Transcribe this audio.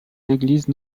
l’église